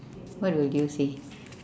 what would you say